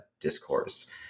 discourse